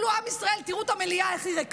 תסתכלו, עם ישראל, תראו את המליאה, איך היא ריקה.